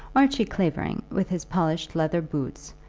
archie clavering, with his polished leather boots,